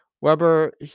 Weber